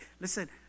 listen